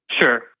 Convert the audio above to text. Sure